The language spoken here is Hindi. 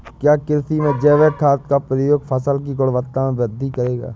क्या कृषि में जैविक खाद का प्रयोग फसल की गुणवत्ता में वृद्धि करेगा?